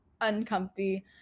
uncomfy